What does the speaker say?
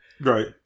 Right